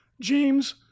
James